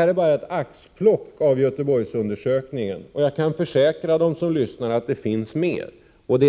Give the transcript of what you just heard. har nämnt är bara ett axplock ur Göteborgsundersökningen. Jag kan försäkra alla som lyssnar att det finns mera att ta del av.